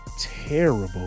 terrible